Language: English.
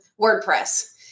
WordPress